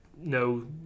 no